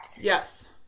Yes